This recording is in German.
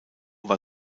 war